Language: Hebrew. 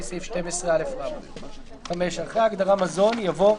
מיוחד" הכרזה לפי סעיף 12א,"; (5)אחרי ההגדרה "מזון" יבוא: